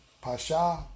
Pasha